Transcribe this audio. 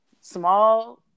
small